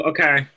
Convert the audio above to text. Okay